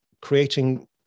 creating